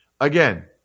Again